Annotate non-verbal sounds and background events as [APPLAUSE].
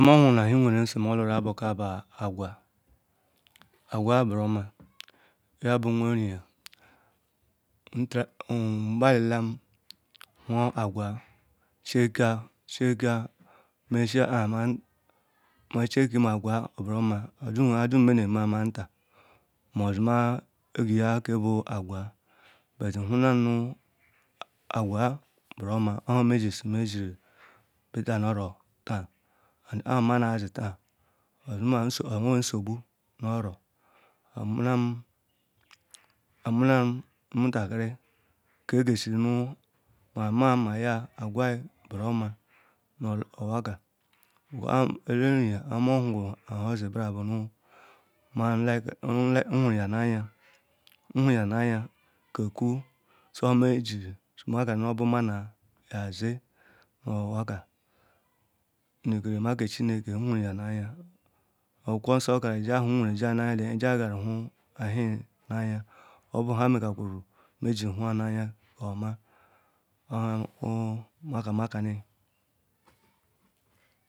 Nha ma huru nu ahua nweren si ma lura bu agwa buruoma, yabun nwoyeriya [UNINTELLIGIBLE] ngbelilam hu agwa buruoma oshiwa nha dum me ne mea ma nta modima agweye ke bu agwaa but nhuna nu agwa buruoma ohu nhe meru ke me shiru bita nu orom kpamanaya si taan, owe nsagbu nu oro amunam, amunam omutakiri ke gesuru nu ma mazi nu ya agwa buruoma nu onwa ka, eleriya kpo ma huru osi nbram bu nu nhuruyam aya kekwu su me ji shinu ka nu munaya yesi nu onwaka nu ikirima ke chinike nhuruyanaya, okwokwo nso kanu jiwa hu nweren jiwa naya kpo jiya karu hu ewhejiwa naya yobu nha me karu me. Ohu naya koma, yahu ihe ma shi ma kani [NOISE]